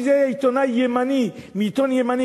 אם זה היה עיתונאי ימני מעיתון ימני,